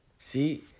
See